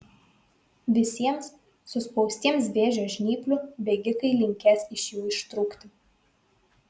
visiems suspaustiems vėžio žnyplių bėgikai linkės iš jų ištrūkti